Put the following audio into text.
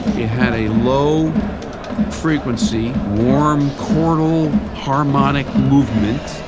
it had a low frequency, warm chordal harmonic movement.